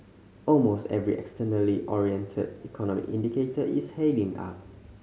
almost every externally oriented economic indicator is heading up